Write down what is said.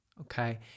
okay